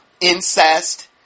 Incest